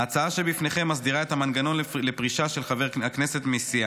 ההצעה שבפניכם מסדירה את המנגנון לפרישה של חבר הכנסת מסיעה.